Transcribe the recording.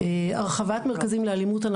הרחבת מרכזים לאלימות,